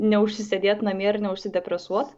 neužsisėdėt namie ir neužsidepresuot